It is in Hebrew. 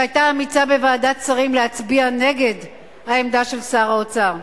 שהיתה אמיצה בוועדת שרים להצביע נגד העמדה של שר האוצר,